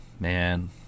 Man